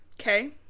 Okay